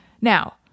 Now